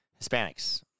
Hispanics